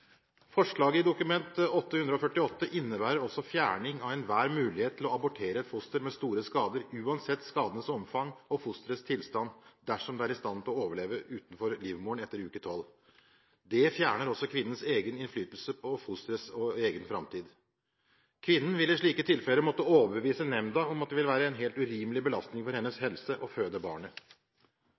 Forslaget i Dokument 8:148 S for 2011–2012 innebærer også fjerning av enhver mulighet til å abortere et foster med store skader, uansett skadens omfang og fosterets tilstand, dersom det er i stand til å overleve utenfor livmoren etter uke 12. Det fjerner også kvinnens egen innflytelse på fosterets og egen framtid. Kvinnen vil i slike tilfeller måtte overbevise nemnda om at det vil være en helt urimelig belastning for hennes helse å føde barnet.